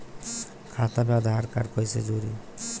खाता मे आधार कार्ड कईसे जुड़ि?